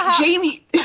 Jamie